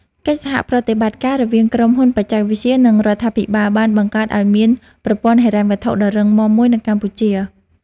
កិច្ចសហប្រតិបត្តិការរវាងក្រុមហ៊ុនបច្ចេកវិទ្យា និងរដ្ឋាភិបាលបានបង្កើតឱ្យមានប្រព័ន្ធហិរញ្ញវត្ថុដ៏រឹងមាំមួយនៅកម្ពុជា។